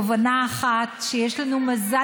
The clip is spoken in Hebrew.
דווקא בגלל